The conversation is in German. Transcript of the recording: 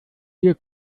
ihr